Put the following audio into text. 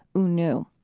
u nu.